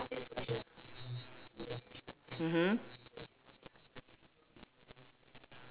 mmhmm